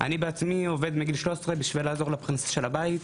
אני עובד מגיל 13 כדי להביא פרנסה לבית,